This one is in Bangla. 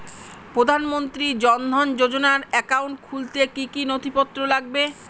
প্রধানমন্ত্রী জন ধন যোজনার একাউন্ট খুলতে কি কি নথিপত্র লাগবে?